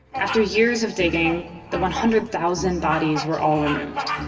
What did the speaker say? after years of digging the one hundred thousand bodies were all removed.